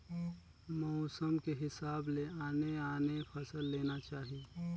मउसम के हिसाब ले आने आने फसल लेना चाही